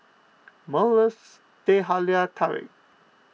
Merl Teh Halia Tarik